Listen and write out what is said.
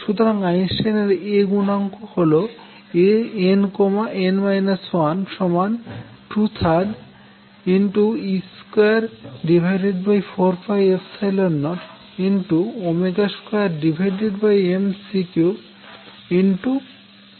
সুতরাং Einstein A গুনাঙ্ক হল Ann 1 23e2402mC3n